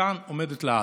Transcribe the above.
וצדקתם עומדת לעד".